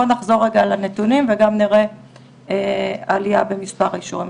בואו נחזור רגע על הנתונים וגם נראה עלייה במספר האישורים.